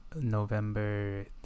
November